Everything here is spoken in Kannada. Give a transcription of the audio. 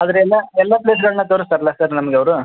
ಆದರೆ ಎಲ್ಲ ಎಲ್ಲ ಪ್ಲೇಸ್ಗಳನ್ನ ತೋರಿಸ್ತಾರಲ್ಲ ಸರ್ ನಮ್ಗೆ ಅವರು